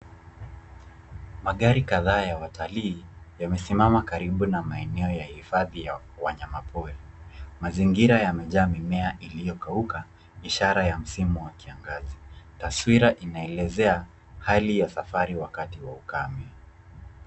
Magari kadhaa ya watalii yamesimama karibu na maeneo ya hifadhi ya wanyama pori. Mazingira yamejaa mimea iliyokauka ishara ya msimu wa kiangazi. Taswira inaelezea hali ya safari wakati wa ukame.